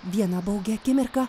vieną baugią akimirką